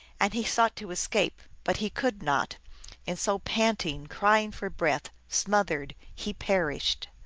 and he sought to escape, but he could not and so panting, crying for breath, smoth ered, he perished.